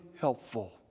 helpful